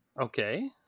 Okay